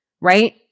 right